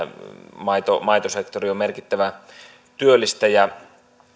maitosektori on merkittävä työllistäjä